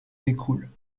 découlent